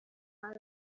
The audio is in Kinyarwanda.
hari